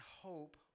hope